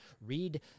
read